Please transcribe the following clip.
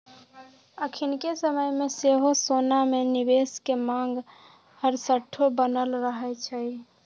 अखनिके समय में सेहो सोना में निवेश के मांग हरसठ्ठो बनल रहै छइ